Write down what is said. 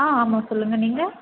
ஆ ஆமாம் சொல்லுங்கள் நீங்கள்